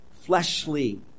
fleshly